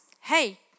hey